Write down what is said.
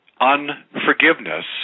unforgiveness